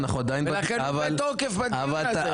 ולכן הוא בתוקף בדיון הזה.